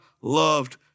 loved